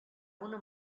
una